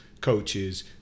coaches